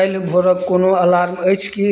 काल्हि भोरक कोनो अलार्म अछि कि